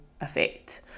effect